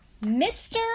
Mr